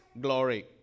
glory